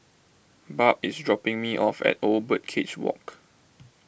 Barb is dropping me off at Old Birdcage Walk